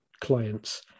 clients